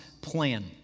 plan